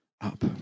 up